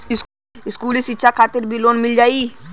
इस्कुली शिक्षा खातिर भी लोन मिल जाई?